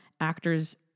actors